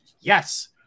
yes